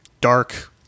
dark